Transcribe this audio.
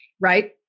Right